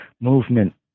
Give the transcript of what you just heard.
movement